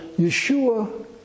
Yeshua